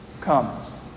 comes